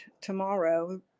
tomorrow